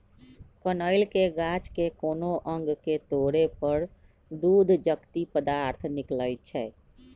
कनइल के गाछ के कोनो अङग के तोरे पर दूध जकति पदार्थ निकलइ छै